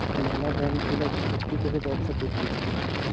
ম্যালা ব্যাঙ্ক গুলা যে চুক্তি করে ব্যবসা করতিছে